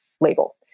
label